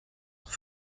leur